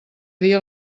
dia